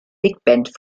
bigband